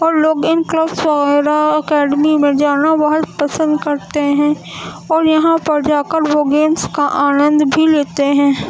اور لوگ ان کلبس وغیرہ اکیڈمی میں جانا بہت پسند کرتے ہیں اور یہاں پر جا کر وہ گیمس کا آنند بھی لیتے ہیں